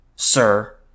sir